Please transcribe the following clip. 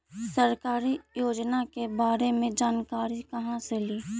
सरकारी योजना के बारे मे जानकारी कहा से ली?